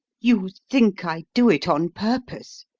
you think i do it on purpose,